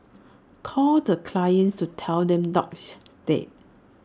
calls the clients to tell them dog is dead